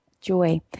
Joy